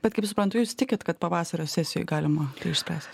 bet kaip suprantu jūs tikit kad pavasario sesijoj galima tai išspręst